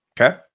Okay